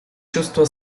чувство